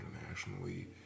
internationally